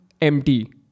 empty